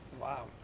Wow